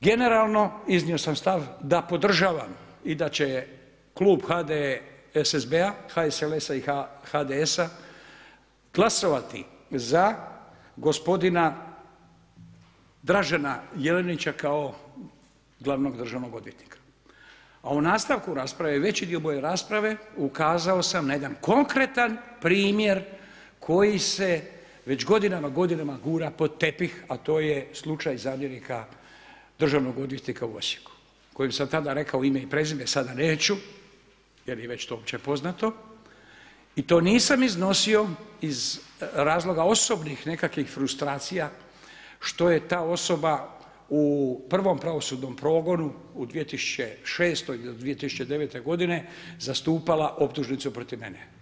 Generalno, iznio sam stav da podržavam i da će Klub HDSSB-a, HSLS-a i HDS-a glasovati za gospodina Dražena Jelinića kao glavnog državnog odvjetnika, a u nastavku rasprave veći dio moje rasprave ukazao sam na jedan konkretan primjer koji se već godinama, godinama gura pod tepih, a to je slučaj zamjenika državnog odvjetnika u Osijeku kojem sam tada rekao ime i prezime, sada neću jer je već to opće poznato i to nisam iznosio iz razloga osobnih nekakvih frustracija što je ta osoba u prvom pravosudnom progonu u 2006.-2009. godine zastupala optužnicu protiv mene.